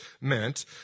meant